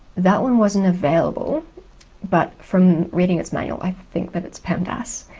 that one wasn't available but from reading its manual i think that it's pemdas.